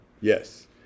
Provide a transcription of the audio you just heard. Yes